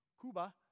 Cuba